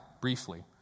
briefly